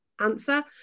Answer